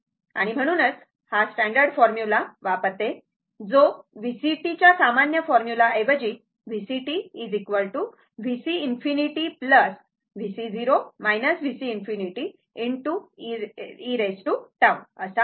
आणि म्हणूनच हे हा स्टॅंडर्ड फॉर्मुला वापरते जो VCt च्या सामान्य फॉर्मुला ऐवजी VCt VC∞ VC0 VC ∞ e tau